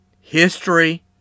History